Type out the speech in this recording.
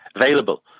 available